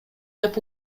деп